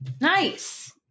Nice